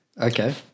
Okay